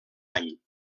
any